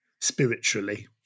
spiritually